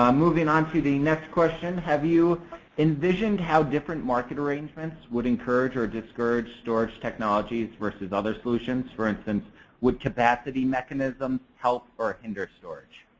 um moving on to the next question, have you envisioned how different market arrangements would encourage or discourage storage technologies versus other solutions? for instance would capacity mechanisms, help or in their storage?